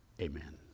amen